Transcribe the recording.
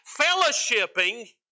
fellowshipping